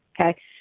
Okay